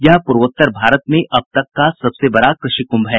यह पूर्वोत्तर भारत में अब तक का सबसे बड़ा कृषि कुंभ है